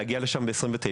להגיע לשם ב-2029.